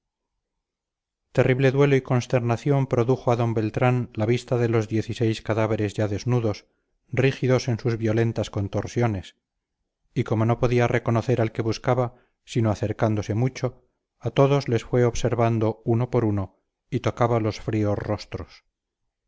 terrible duelo y consternación produjo a d beltrán la vista de los diez y seis cadáveres ya desnudos rígidos en sus violentas contorsiones y como no podía reconocer al que buscaba sino acercándose mucho a todos les fue observando uno por uno y tocaba los fríos rostros